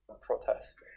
protest